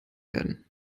werden